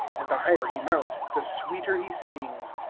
and the higher he mounts, the sweeter he sings,